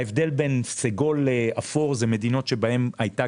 ההבדל בין סגול לאפור זה מדינות שבהן הייתה